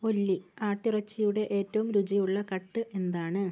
ഒല്ലി ആട്ടിറച്ചിയുടെ ഏറ്റവും രുചിയുള്ള കട്ട് എന്താണ്